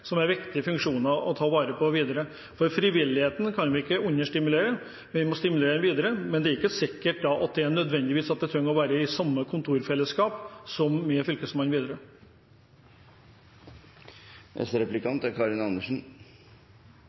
m.fl. har viktige funksjoner som man må ta vare på videre. Frivilligheten kan vi ikke understimulere, vi må stimulere den videre. Men det er ikke sikkert at man i det videre nødvendigvis trenger å være i samme kontorfellesskap som Fylkesmannen. Et tema som SV og Venstre har vært enige om, er